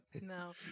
No